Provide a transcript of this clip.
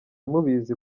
mubizi